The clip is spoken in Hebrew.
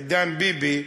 עידן ביבי,